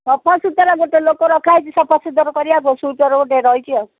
ସଫାସୁତୁର ଗୋଟେ ଲୋକ ରଖାଯାଇଛି ସଫା ସୁତୁର କରିବାକୁବ ସ୍ୱିପର ଗୋଟେ ରହିଛି ଆଉ